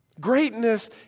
Greatness